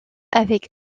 avec